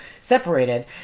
separated